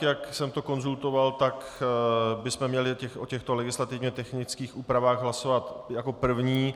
Jak jsem to konzultoval, tak bychom měli o těchto legislativně technických úpravách hlasovat jako první.